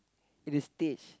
it is stage